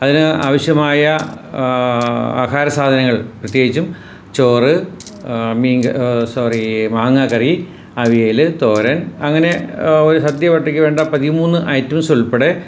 അതിന് ആവശ്യമായ ആഹാര സാധനങ്ങൾ പ്രത്യേകിച്ചും ചോറ് മീൻക സോറി മാങ്ങാക്കറി അവിയൽ തോരൻ അങ്ങനെ ഒരു സദ്യ വട്ടിക്ക് വേണ്ട പതിമൂന്ന് ഐറ്റംസുൾപ്പെടെ